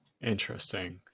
Interesting